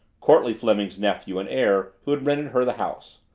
courtleigh fleming's nephew and heir, who had rented her the house.